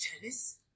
Tennis